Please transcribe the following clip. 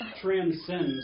transcends